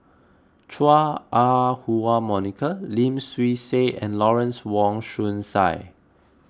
Chua Ah Huwa Monica Lim Swee Say and Lawrence Wong Shyun Tsai